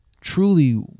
truly